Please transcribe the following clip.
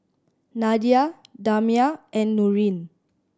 Nadia Damia and Nurin